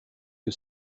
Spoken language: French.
que